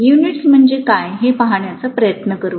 units म्हणजे काय हे पाहण्याचा प्रयत्न करूया